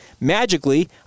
magically